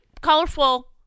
colorful